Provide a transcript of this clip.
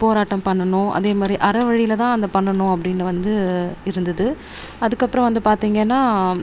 போராட்டம் பண்ணணும் அதேமாதிரி அறவழியில் தான் அதை பண்ணணும்னு அப்படின்னு வந்து இருந்தது அதுக்கப்புறம் வந்து பார்த்தீங்கன்னா